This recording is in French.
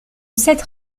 cette